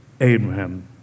Abraham